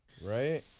right